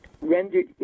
rendered